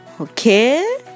Okay